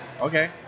Okay